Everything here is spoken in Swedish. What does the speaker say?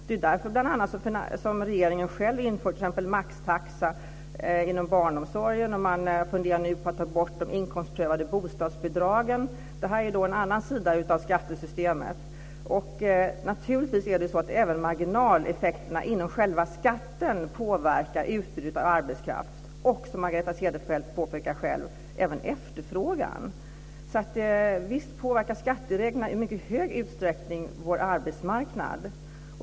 Det är bl.a. därför som regeringen själv inför t.ex. maxtaxa inom barnomsorgen. Man funderar nu på att ta bort de inkomstprövade bostadsbidragen. Detta är en annan sida av skattesystemet. Naturligtvis är det så att även marginaleffekterna inom själva skatten påverkar utbudet av arbetskraft och även, som Margareta Cederfelt påpekar, efterfrågan. Så visst påverkar skattereglerna i mycket hög utsträckning vår arbetsmarknad.